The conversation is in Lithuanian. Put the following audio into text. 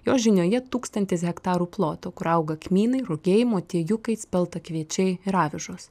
jo žinioje tūkstantis hektarų ploto kur auga kmynai rugiai motiejukai spelta kviečiai ir avižos